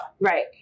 Right